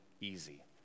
easy